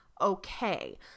okay